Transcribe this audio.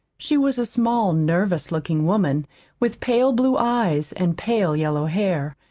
she was a small, nervous-looking woman with pale-blue eyes and pale-yellow hair.